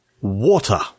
Water